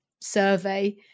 survey